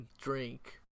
Drink